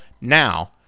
now